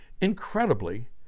Incredibly